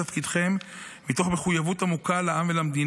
עם זאת, חשוב לי להדגיש כי גבורתכם אינה